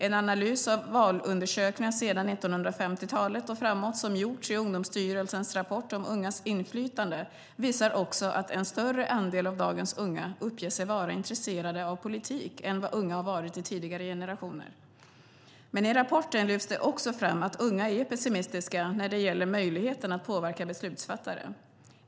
En analys av valundersökningar sedan 1950-talet och framåt som gjorts i Ungdomsstyrelsens rapport om ungas inflytande visar också att en större andel av dagens unga uppger sig vara intresserade av politik än vad unga har varit i tidigare generationer. Men i rapporten lyfts det också fram att unga är pessimistiska när det gäller möjligheten att påverka beslutsfattare.